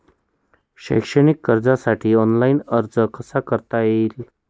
शैक्षणिक कर्जासाठी ऑनलाईन अर्ज कसा करता येईल?